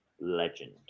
legend